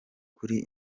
kuri